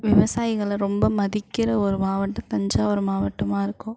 விவசாயிகளை ரொம்ப மதிக்கின்ற ஒரு மாவட்டம் தஞ்சாவூர் மாவட்டமாக இருக்கும்